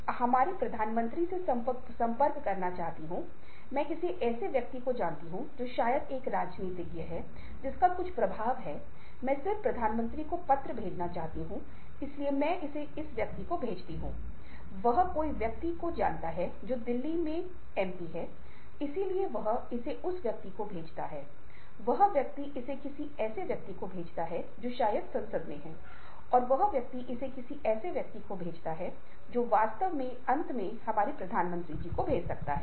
और फिर एक बार जब हम समझते हैं कि यह व्यक्ति को इस प्रकार का भाव है तो यह समझकर कि मैं अपनी भावनाओं के बारे में जागरूक हूं मैं अपनी भावना को तदनुसार संशोधित करता हूं ताकि यह उपयुक्त संदर्भ में फिट हो जाए जो कि भावनात्मक बुद्धिमत्ता है